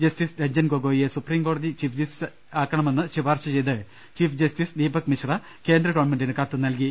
justice Ranjan ഗൊഗോയിയെ സുപ്രീംകോടതി chief justice ആക്കണമെന്ന് ശുപാർശ ചെയ്ത് ചീഫ് ജസ്റ്റിസ് ദീപക് മിശ്ര കേന്ദ്രഗവൺമെന്റിന് കത്തുനൽകി